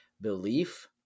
belief